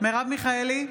מרב מיכאלי,